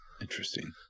Interesting